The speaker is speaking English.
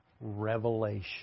revelation